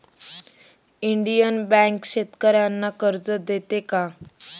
Indian bank शेतकर्यांना कर्ज देते का?